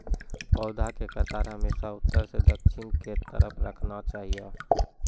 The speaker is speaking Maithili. पौधा के कतार हमेशा उत्तर सं दक्षिण के तरफ राखना चाहियो